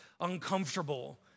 uncomfortable